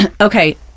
Okay